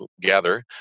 gather